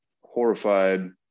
horrified